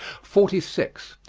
forty six.